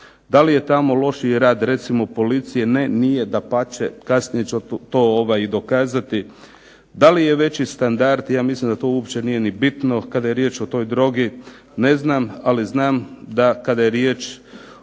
Da li je tamo lošiji rad recimo policije? Ne nije, dapače, kasnije ću to i dokazati. Da li je veći standard? Ja mislim da to uopće nije ni bitno kada je riječ o toj drogi ne znam, ali znam da kada je riječ